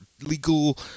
legal